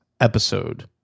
episode